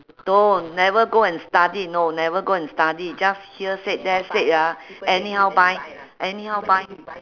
don't never go and study no never go and study just here said there said ah anyhow buy anyhow buy